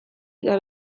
eta